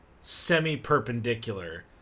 semi-perpendicular